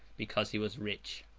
because he was rich.